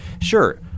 Sure